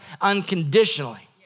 unconditionally